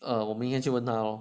um 我明天去问他咯